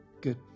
Good